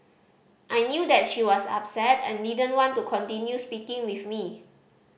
I knew that she was upset and didn't want to continue speaking with me